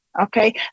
okay